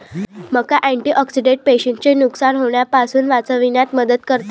मका अँटिऑक्सिडेंट पेशींचे नुकसान होण्यापासून वाचविण्यात मदत करते